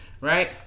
right